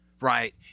right